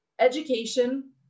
Education